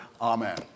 Amen